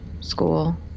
School